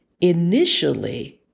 initially